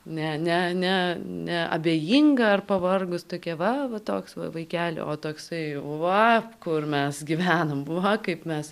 ne ne ne ne abejinga ar pavargus tokia va va toks va vaikeli o toksai va kur mes gyvenom va kaip mes